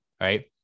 right